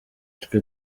twe